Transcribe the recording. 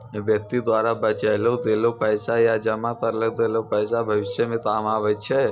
व्यक्ति द्वारा बचैलो गेलो पैसा या जमा करलो गेलो पैसा भविष्य मे काम आबै छै